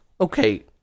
Okay